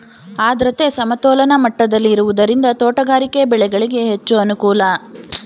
ಆದ್ರತೆ ಸಮತೋಲನ ಮಟ್ಟದಲ್ಲಿ ಇರುವುದರಿಂದ ತೋಟಗಾರಿಕೆ ಬೆಳೆಗಳಿಗೆ ಹೆಚ್ಚು ಅನುಕೂಲ